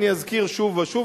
אני אזכיר שוב ושוב,